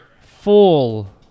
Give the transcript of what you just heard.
full